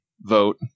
vote